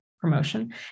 promotion